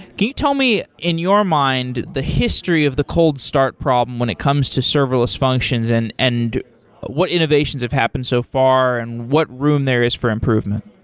can you tell me in your mind the history of the cold start problem when it comes to serverless functions and and what innovations have happened so far and what room there is for improvement?